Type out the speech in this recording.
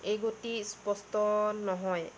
এই গতি স্পষ্ট নহয়